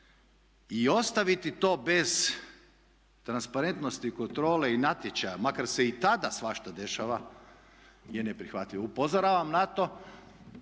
I ostaviti to bez transparentnosti, kontrole i natječaja makar se i tada svašta dešava je neprihvatljivo. Upozoravam na to